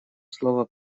слово